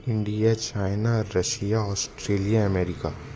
India China Russia Australia America